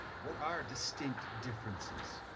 what are distinct differences?